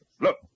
Look